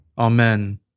Amen